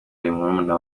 murumuna